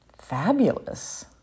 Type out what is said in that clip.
fabulous